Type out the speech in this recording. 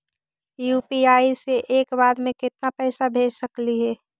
UPI से एक बार मे केतना पैसा भेज सकली हे?